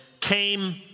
came